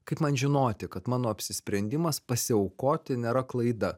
kaip man žinoti kad mano apsisprendimas pasiaukoti nėra klaida